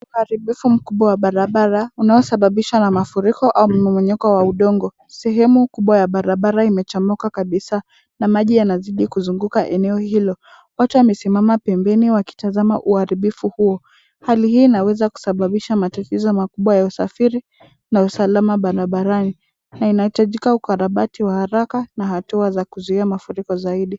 Uharibifu mkubwa wa barabara unaosababishwa na mafuriko au mmomonyoko wa udongo. Sehemu kubwa ya barabara imechomoka kabisa na maji yanazidi kuzunguka eneo hilo. Watu wamesimama pembeni wakitazama uharibifu huo. Hali hii inaweza kusababisha matatizo makubwa ya usafiri na usalama barabarani na inahitajika ukarabati wa haraka na hatua za kuzuia mafuriko zaidi.